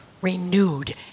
renewed